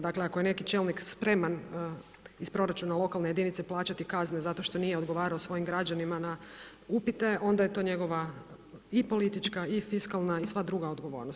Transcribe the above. Dakle ako je neki čelnik spreman iz proračuna lokalne jedinice plaćati kazne zato što nije odgovarao svojim građanima na upite, onda je to njegova i politička i fiskalna i sva druga odgovornost.